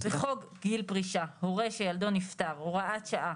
בחוק גיל פרישה, הורה שילדו נפטר הוראת שעה,